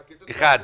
אחת.